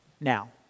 Now